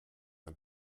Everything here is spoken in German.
ein